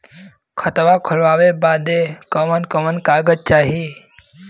खाता खोलवावे बादे कवन कवन कागज चाही?